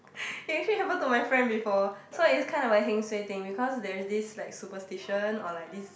it actually happen to my friend before so it's kind of a heng suay thing because there is this like superstition or like this